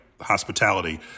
Hospitality